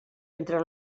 entre